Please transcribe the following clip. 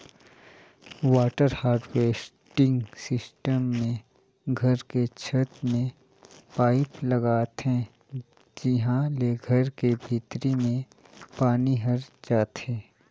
water harvesting system मे घर के छत में पाईप लगाथे जिंहा ले घर के भीतरी में पानी हर जाथे